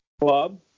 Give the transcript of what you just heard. club